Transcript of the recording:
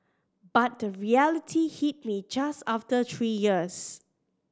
but the reality hit me just after three years